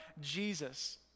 Jesus